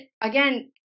again